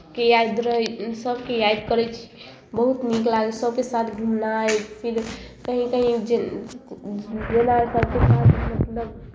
के याद रहै सभके याद करै छी बहुत नीक लागै सभके साथ घुमनाइ फिर कहीँ कहीँ जे जेनाइ सभके साथ मतलब